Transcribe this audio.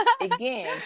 again